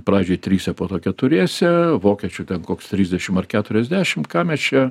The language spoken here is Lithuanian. pradžioj trise po to keturiese vokiečių ten koks trisdešimt ar keturiasdešimt ką mes čia